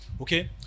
Okay